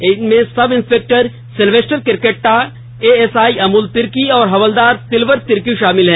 इनमें sub inspector Sylvester Kerketta ASI Amul Tirkey और हवलदार तिलवर तिर्की शामिल हैं